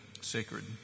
sacred